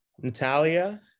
Natalia